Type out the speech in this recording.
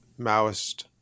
Maoist